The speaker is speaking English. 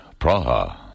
Praha